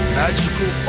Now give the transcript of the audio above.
magical